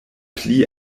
pli